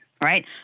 right